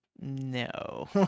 no